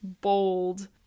bold